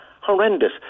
horrendous